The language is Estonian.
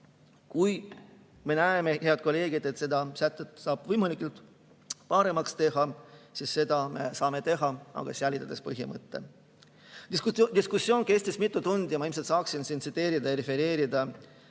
Kui me aga näeme, head kolleegid, et seda eelnõu saab paremaks teha, siis seda me saame teha, aga säilitades põhimõtte. Diskussioon kestis mitu tundi. Ma ilmselt saaksin siin pikalt tsiteerida ja refereerida